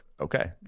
okay